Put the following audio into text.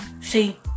See